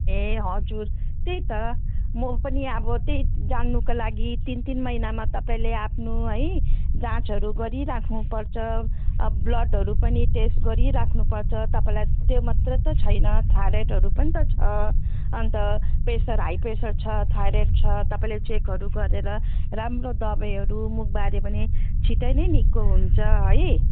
ए हजुर त्यही त म पनि अब त्यही जान्नुको लागि तिन तिन महिनामा तपाईँले आफ्नो है जाँचहरू गरी राख्नुपर्छ अब ब्लडहरू पनि टेस्ट गरी राख्नुपर्छ तपाईँलाई त्यो मात्रै त छैन थायरोइडहरू पनि त छ अनि त प्रेसर हाई प्रेसर छ थायरोइड छ तपाईँले चेकहरू गरेर राम्रो दबाईहरू मुख बाऱ्यो भने छिटै नै निक्को हुन्छ है